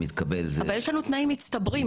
אבל יש לנו תנאים מצטברים.